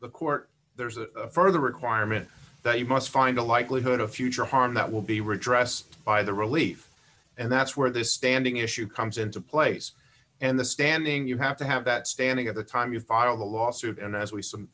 the court there's a further requirement that you must find a likelihood of future harm that will be redress by the relief and that's where the standing issue comes into place and the standing you have to have that standing at the time you file the lawsuit and as we s